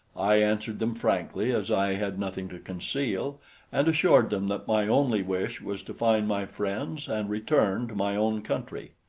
i answered them frankly as i had nothing to conceal and assured them that my only wish was to find my friends and return to my own country.